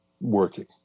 working